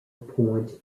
point